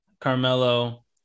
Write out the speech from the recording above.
Carmelo